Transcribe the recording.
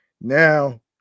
Now